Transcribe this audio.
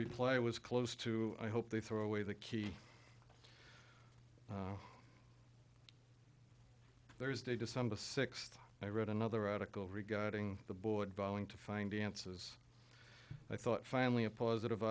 reply was close to i hope they throw away the key there is day december sixth i wrote another article regarding the board vowing to find the answers i thought finally a positive